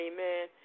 Amen